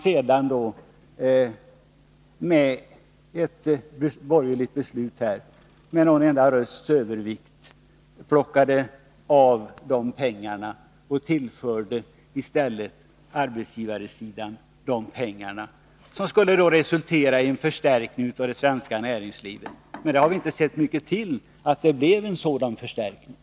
Genom ett borgerligt beslut med någon enda rösts övervikt plockade man sedan av dem pengarna och tillförde i stället arbetsgivarsidan dessa pengar. Detta skulle resultera i en förstärkning av det svenska näringslivet. Men vi har inte sett mycket av någon sådan förstärkning.